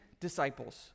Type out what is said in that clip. disciples